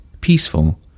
peaceful